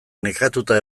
nekatuta